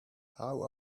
how